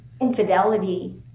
infidelity